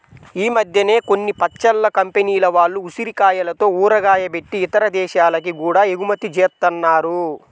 ఈ మద్దెన కొన్ని పచ్చళ్ళ కంపెనీల వాళ్ళు ఉసిరికాయలతో ఊరగాయ బెట్టి ఇతర దేశాలకి గూడా ఎగుమతి జేత్తన్నారు